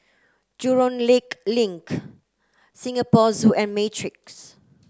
Jurong Lake Link Singapore Zoo and Matrix